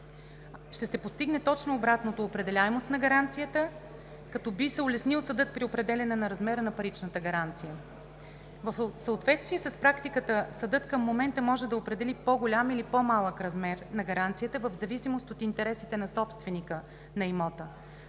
Ще се постигне точно обратното – определяемост на гаранцията, като би се улеснил съдът при определяне размера на паричната гаранция. В съответствие с практиката съдът към момента може да определи по-голям или по малък размер на гаранцията в зависимост от интересите на собственика на имота.